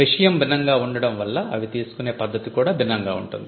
విషయం భిన్నంగా ఉండటం వల్ల అవి తీసుకునే పద్ధతి భిన్నంగా ఉంటుంది